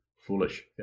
foolish